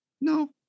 No